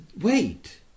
wait